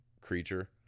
creature